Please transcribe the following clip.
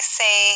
say